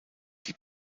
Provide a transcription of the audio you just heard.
die